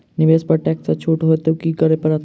निवेश पर टैक्स सँ छुट हेतु की करै पड़त?